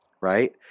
Right